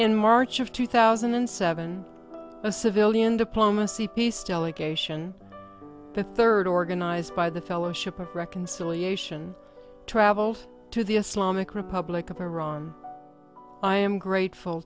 in march of two thousand and seven a civilian diplomacy peace delegation the third organized by the fellowship of reconciliation travel to the republic of iran i am grateful